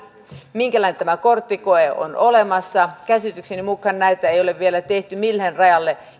minkälainen tämä korttikoe on olemassa käsitykseni mukaan näitä ei ole vielä tehty millekään rajalle